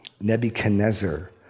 Nebuchadnezzar